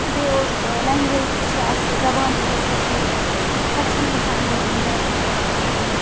بیٚیہِ اوس لینٛگویج تہِ چھِ اَسہِ زَبان یۄس ٲسۍ کٔشیٖر ہٕنٛز سۄ چھَ نہٕ گَژھان یوٗز وِنکیٚنَس تِتھ کٔنیٚتھ کِہیٖنۍ نہٕ